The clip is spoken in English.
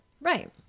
Right